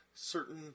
Certain